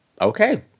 Okay